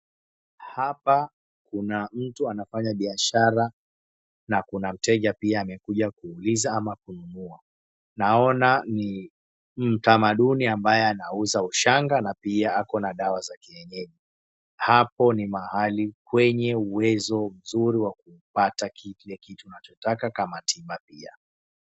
Hapa kuna mtu anafanya biashara na kuna mteja pia amekuja kuuliza ama kununua. Naona ni mtamaduni ambaye anauza ushanga na pia ako na dawa za kienyeji. Hapo ni mahali kwenye uwezo zuri wa kupata kile kitu unachotaka ama tiba pia.